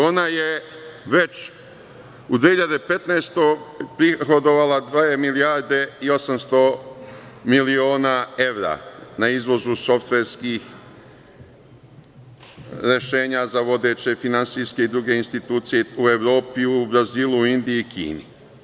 Ona je u 2015. godini prihodovala dve milijarde i 800 miliona evra na izvozu softverskih rešenja za vodeće finansijske i druge institucije u Evropi, u Brazilu, Indiji i Kini.